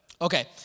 Okay